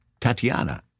Tatiana